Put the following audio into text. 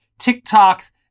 TikToks